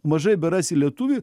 mažai berasi lietuvį